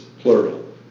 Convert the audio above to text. plural